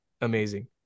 amazing